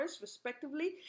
respectively